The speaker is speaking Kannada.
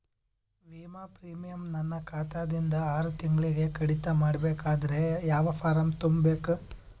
ವಿಮಾ ಪ್ರೀಮಿಯಂ ನನ್ನ ಖಾತಾ ದಿಂದ ಆರು ತಿಂಗಳಗೆ ಕಡಿತ ಮಾಡಬೇಕಾದರೆ ಯಾವ ಫಾರಂ ತುಂಬಬೇಕು?